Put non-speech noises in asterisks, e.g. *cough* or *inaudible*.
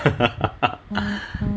*laughs*